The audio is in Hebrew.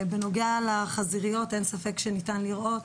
בנוגע לחזיריות, אין ספק שניתן לראות